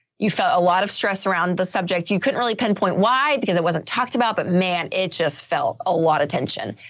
you felt a lot of stress around the subject. you couldn't really pinpoint why, because it wasn't talked about, but man, it just felt a lot of tension.